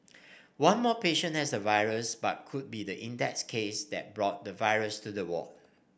one more patient has the virus but could be the index case that brought the virus to the ward